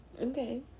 Okay